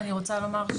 אני רוצה לומר,